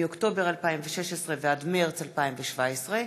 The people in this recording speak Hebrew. מאוקטובר 2016 ועד מרס 2017,